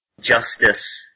justice